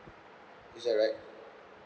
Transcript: is that right